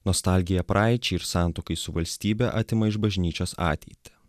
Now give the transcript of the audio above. nostalgija praeičiai ir santuokai su valstybe atima iš bažnyčios ateitį